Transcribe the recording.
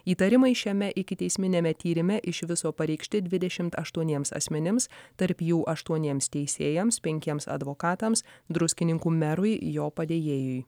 įtarimai šiame ikiteisminiame tyrime iš viso pareikšti dvidešimt aštuoniems asmenims tarp jų aštuoniems teisėjams penkiems advokatams druskininkų merui jo padėjėjui